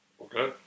Okay